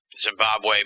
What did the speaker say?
Zimbabwe